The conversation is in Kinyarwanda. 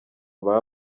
baba